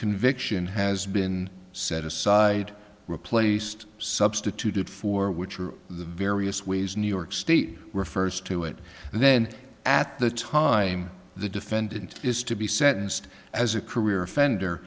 conviction has been set aside replaced substituted for would the various ways new york state refers to it and then at the time the defendant is to be sentenced as a career offender